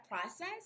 process